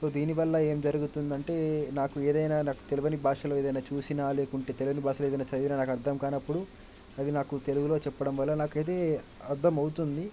so దీనివల్ల ఏం జరుగుతుంది అంటే నాకు ఏదైనా నాకు తెలవని భాషలో ఏదైనా చూసినా లేదంటే తెలియని భాషలో ఏదైనా చదివినా నాకు అర్థం కానప్పుడు అది నాకు తెలుగులో చెప్పడం వల్ల నాకైతే అర్ధం అవుతుంది